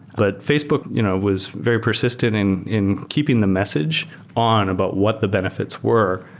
but facebook you know was very persistent in in keeping the message on about what the benefits were.